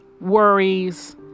worries